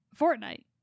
Fortnite